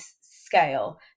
scale